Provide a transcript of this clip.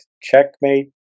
Checkmate